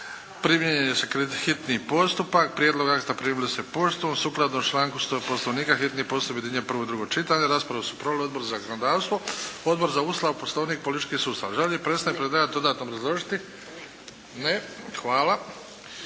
Primjenjuje se hitni postupak. Prijedlog akta primili ste poštom. Sukladno članku 100. Poslovnika hitni postupak objedinjuje prvo i drugo čitanje. Raspravu su proveli Odbor za zakonodavstvo, Odbor za Ustav, Poslovnik i politički sustav. Želi li predstavnik predlagatelja dodatno obrazložiti. Ne. Hvala.